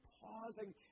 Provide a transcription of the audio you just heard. pausing